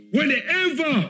Whenever